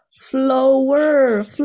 flower